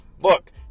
Look